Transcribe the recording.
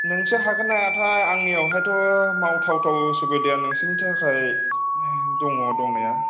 नोंसो हागोना हायाथाय आंनिआव हायथ' मावथावथाव सुबिदाया नोंसिनि थाखाय दङ दंनाया